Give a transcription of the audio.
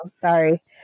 sorry